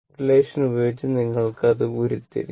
relation ഉപയോഗിച്ച് നിങ്ങൾ ഇത് ഉരുത്തിരിഞ്ഞു